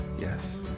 Yes